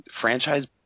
franchise